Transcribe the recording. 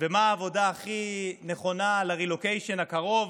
ומה העבודה הכי נכונה לרילוקיישן הקרוב.